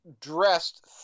dressed